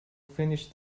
finish